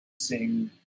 sing